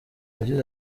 yagize